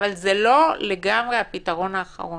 אבל זה לא לגמרי הפתרון האחרון.